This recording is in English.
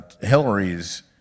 Hillary's